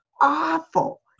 awful